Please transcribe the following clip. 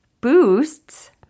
boosts